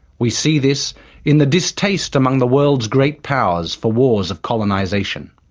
we see this in the distaste among the world's great powers for wars of colonisation.